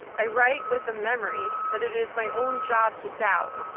i write with a memory that it is my own job to doubt,